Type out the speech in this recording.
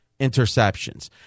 interceptions